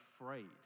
afraid